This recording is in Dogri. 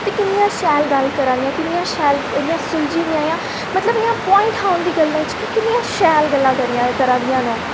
ते किन्नी शैल गल्ल करै दियां किन्नियां शैल सुलझी दियां मतलब इ'यां प्वाइंट हा उं'दी गल्लैं च कि किन्नियां शैल गल्लां करै दियां न ओह्